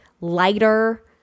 lighter